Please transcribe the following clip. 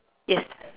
yes